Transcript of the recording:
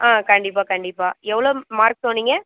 ஆ கண்டிப்பாக கண்டிப்பாக எவ்வளோ மார்க் சொன்னிங்க